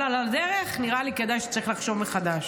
אבל על הדרך נראה לי שכדאי לחשוב מחדש.